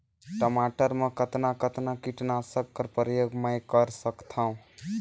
टमाटर म कतना कतना कीटनाशक कर प्रयोग मै कर सकथव?